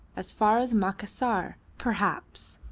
as far as macassar, perhaps!